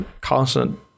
constant